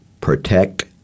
protect